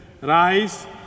Rise